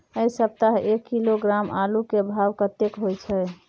ऐ सप्ताह एक किलोग्राम आलू के भाव औसत कतेक होय छै?